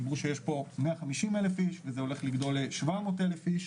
דיברו על 150,000 איש וזה הולך לגדול ל-700,000 איש,